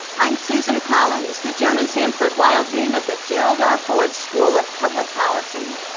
i'm susan collins, the joan and sanford weill dean of the gerald r. ford school of public policy.